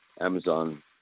Amazon